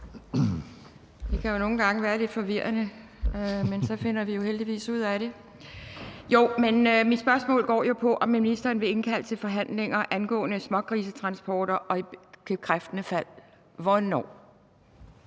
Det kan jo nogle gange være lidt forvirrende, men så finder vi heldigvis ud af det. Men mit spørgsmål er jo: Vil ministeren indkalde til forhandlinger angående smågrisetransporterne og i bekræftende fald hvornår?